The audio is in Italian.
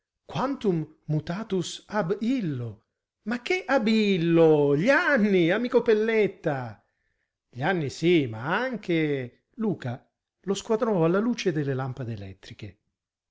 quantum mutatus ab illo ma che abillo gli anni amico pelletta gli anni sì ma anche luca lo squadrò alla luce delle lampade elettriche